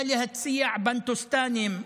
היא ניסתה להציע בנטוסטנים,